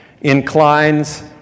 inclines